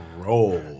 roll